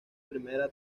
primera